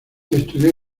estudió